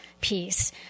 peace